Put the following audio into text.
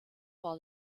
for